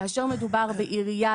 כאשר מדובר בעירייה,